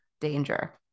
danger